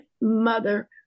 mother